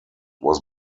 was